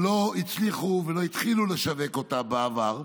שלא הצליחו ולא התחילו לשווק אותן בעבר,